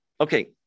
Okay